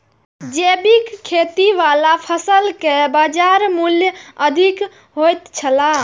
जैविक खेती वाला फसल के बाजार मूल्य अधिक होयत छला